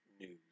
news